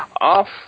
Off